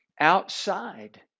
outside